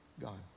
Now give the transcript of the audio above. gone